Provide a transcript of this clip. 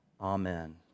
Amen